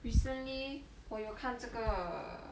recently 我有看这个